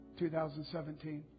2017